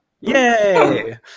Yay